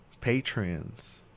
patrons